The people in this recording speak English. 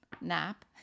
nap